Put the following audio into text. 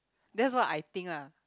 that's what I think lah